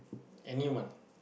anyone